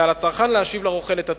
ועל הצרכן להשיב לרוכל את הטובין.